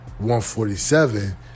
147